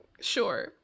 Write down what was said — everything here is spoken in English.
sure